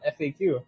FAQ